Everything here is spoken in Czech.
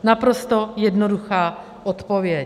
Naprosto jednoduchá odpověď.